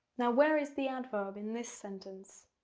now where is the adverb in this sentence?